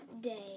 day